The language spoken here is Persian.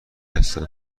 هستند